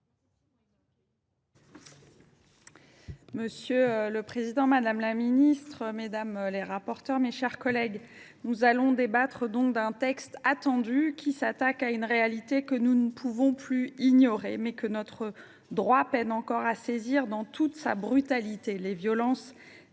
Monsieur le président, madame la ministre, mes chers collègues, nous allons débattre aujourd’hui d’un texte attendu, qui s’attaque à une réalité que nous ne pouvons plus ignorer, mais que notre droit peine encore à saisir dans toute sa brutalité : les violences sexuelles